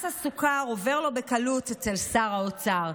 מס הסוכר עובר לו בקלות אצל שר האוצר,